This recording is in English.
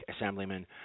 Assemblyman